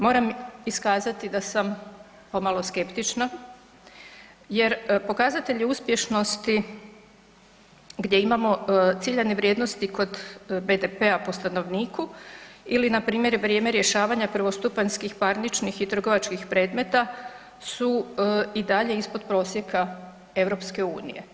Moram iskazati da sam pomalo skeptična jer pokazatelji uspješnosti gdje imamo ciljane vrijednosti kod BDP-a po stanovniku ili npr. vrijeme rješavanja prvostupanjskih parničnih i trgovačkih predmeta su i dalje ispod prosjeka EU.